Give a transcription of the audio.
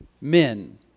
men